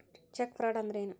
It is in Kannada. ಚೆಕ್ ಫ್ರಾಡ್ ಅಂದ್ರ ಏನು?